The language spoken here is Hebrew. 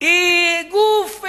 היא גוף,